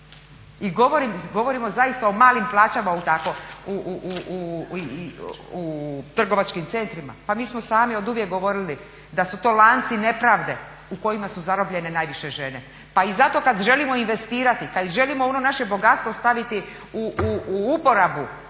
I govorimo zaista o malim plaćama u trgovačkim centrima, pa mi smo sami oduvijek govorili da su to lanci nepravde u kojima su zarobljene najviše žene. Pa i zato kada želimo investirati kada želimo ono naše bogatstvo staviti u uporabu